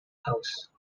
house